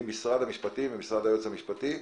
עם משרד המשפטים ומשרד היועץ המשפטי,